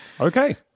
Okay